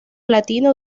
latino